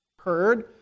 heard